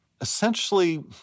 essentially